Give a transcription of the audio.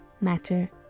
matter